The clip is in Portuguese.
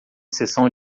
sessão